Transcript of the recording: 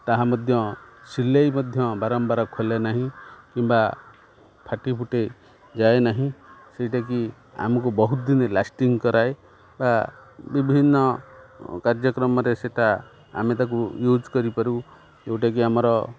ତାହା ମଧ୍ୟ ସିଲେଇ ମଧ୍ୟ ବାରମ୍ବାର ଖୋଲେ ନାହିଁ କିମ୍ବା ଫାଟିଫୁଟେ ଯାଏ ନାହିଁ ସେଇଟା କି ଆମକୁ ବହୁତ ଦିନ ଲାଷ୍ଟିଂ କରାଏ ବା ବିଭିନ୍ନ କାର୍ଯ୍ୟକ୍ରମରେ ସେଇଟା ଆମେ ତାକୁ ୟୁଜ୍ କରିପାରୁ ଯେଉଁଟାକି ଆମର